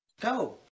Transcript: Go